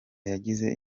yagize